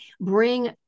bring